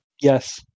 Yes